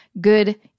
good